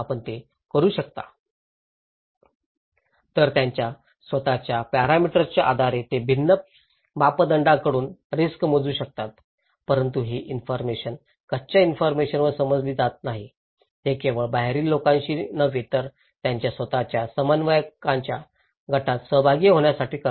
refer slide time 1535 तर त्यांच्या स्वत च्या पॅरामीटर्सच्या आधारे ते भिन्न मापदंडांकडून रिस्क मोजू शकतात परंतु ही इन्फॉरमेशन कच्च्या इन्फॉरमेशनवर समजली जात नाही ते केवळ बाहेरील लोकांशी नव्हे तर त्यांच्या स्वत च्या समवयस्कांच्या गटात सहभागी होण्यासाठी करतात